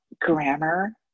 grammar